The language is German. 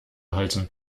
halten